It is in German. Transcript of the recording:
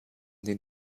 den